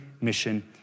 mission